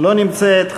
לא נמצאת.